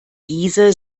diese